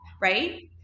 right